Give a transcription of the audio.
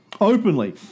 Openly